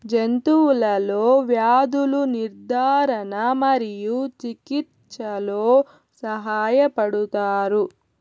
జంతువులలో వ్యాధుల నిర్ధారణ మరియు చికిత్చలో సహాయపడుతారు